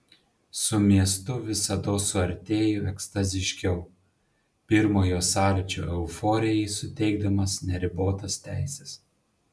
su miestu visados suartėju ekstaziškiau pirmojo sąlyčio euforijai suteikdamas neribotas teises